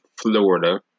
Florida